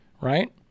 right